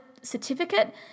certificate